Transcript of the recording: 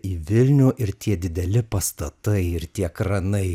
į vilnių ir tie dideli pastatai ir tie kranai